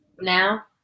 now